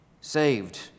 saved